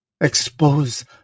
Expose